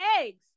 eggs